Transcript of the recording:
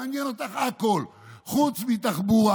מעניין אותך הכול חוץ מתחבורה.